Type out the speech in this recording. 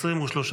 ישיבת הכנסת.